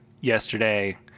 yesterday